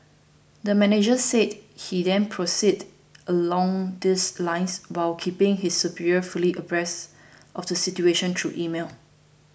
the manager said he then proceeded along these lines while keeping his superiors fully abreast of the situation through email